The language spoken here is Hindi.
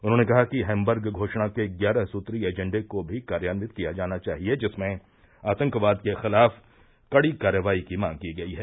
उन्होंने कहा कि हैम्बर्ग घोषणा के ग्यारह सूत्री एजेंडे को भी कार्यान्यित किया जाना चाहिए जिसमें आतंकवाद के खिलाफ कड़ी कार्रवाई की मांग की गई है